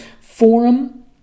forum